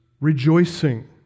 rejoicing